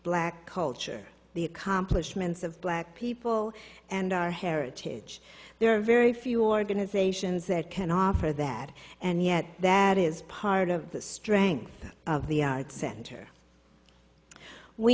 black culture the accomplishments of black people and our heritage there are very few organizations that can offer that and yet that is part of the strength of the center we